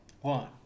One